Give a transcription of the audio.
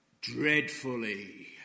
dreadfully